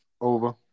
Over